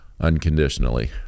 unconditionally